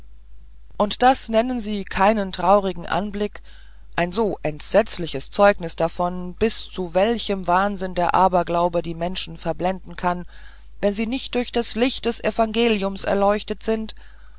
und das nennen sie keinen traurigen anblick ein so entsetzliches zeugnis davon bis zu welchem wahnsinn der aberglaube die menschen verblenden kann wenn sie nicht durch das licht des evangeliums erleuchtet sind